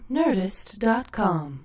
nerdist.com